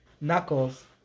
Knuckles